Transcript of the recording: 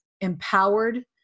empowered